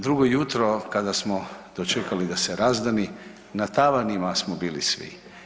Drugo jutro kada smo dočekali da se razdani na tavanima smo bili svi.